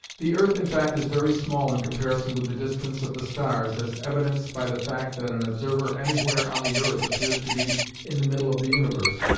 the earth in fact is very small in comparison with the distance of the stars, as evidenced by the fact that an observer anywhere on the earth appears to be in the middle of the universe.